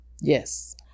yes